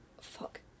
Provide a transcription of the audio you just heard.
fuck